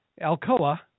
Alcoa